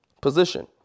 position